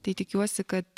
tai tikiuosi kad